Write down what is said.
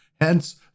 Hence